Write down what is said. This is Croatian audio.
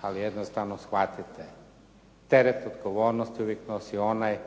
ali jednostavno shvatite, teret odgovornosti uvijek nosi onaj